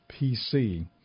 PC